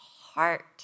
heart